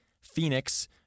Phoenix